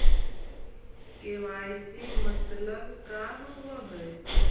KYC मतलब का होव हइ?